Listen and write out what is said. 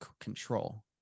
control